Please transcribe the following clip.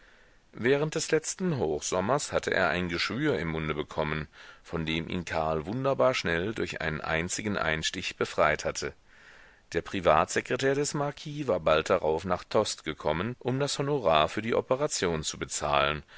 während des letzten hochsommers hatte er ein geschwür im munde bekommen von dem ihn karl wunderbar schnell durch einen einzigen einstich befreit hatte der privatsekretär des marquis war bald darauf nach tostes gekommen um das honorar für die operation zu bezahlen